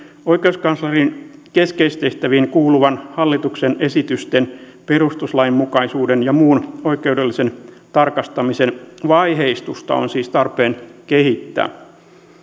oikeuskanslerin keskeistehtäviin kuuluvan hallituksen esitysten perustuslainmukaisuuden ja muun oikeudellisen tarkastamisen vaiheistusta on siis tarpeen kehittää